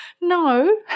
No